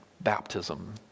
baptism